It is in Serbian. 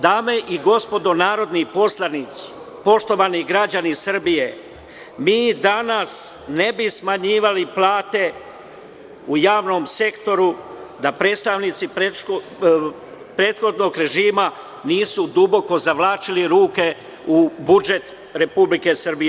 Dame i gospodo narodni poslanici, poštovani građani Srbije, mi danas ne bi smanjivali plate u javnom sektoru da predstavnici prethodnog režima nisu duboko zavlačili ruke u budžet Republike Srbije.